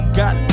got